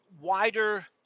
wider